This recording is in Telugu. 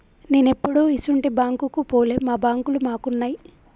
నేనెప్పుడూ ఇసుంటి బాంకుకు పోలే, మా బాంకులు మాకున్నయ్